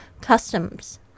customs